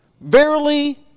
Verily